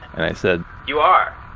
and i said, you are?